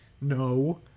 No